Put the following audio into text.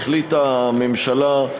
החליטה הממשלה,